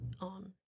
on